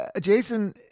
Jason